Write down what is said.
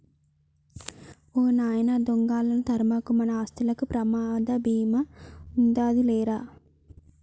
ఓ నాయన దొంగలా ఆళ్ళను తరమకు, మన ఆస్తులకు ప్రమాద భీమా ఉందాది లేరా